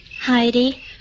Heidi